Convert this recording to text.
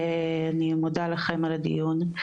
אני מודה לכם על הדיון.